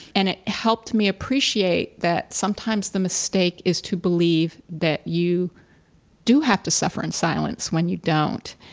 and it helped me appreciate that sometimes the mistake is to believe that you do have to suffer in silence when you don't,